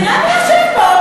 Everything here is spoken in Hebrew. תראה מי יושב פה.